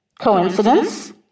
Coincidence